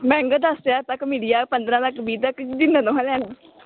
मैेह्गा तुसेंगी दस्स ज्हार तगर मिली जाह्ग पंदरां तक बीह् तक जिन्ना तुसें लैना